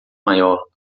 maior